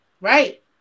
right